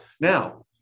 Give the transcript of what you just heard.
Now